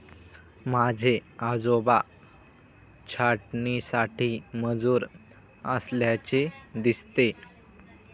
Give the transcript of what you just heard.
माझे आजोबा छाटणीसाठी मजूर असल्याचे दिसते